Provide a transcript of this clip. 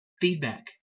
feedback